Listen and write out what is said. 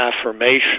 affirmation